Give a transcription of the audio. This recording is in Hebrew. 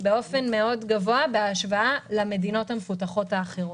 במקום גבוה בהשוואה למדינות המפותחות האחרות.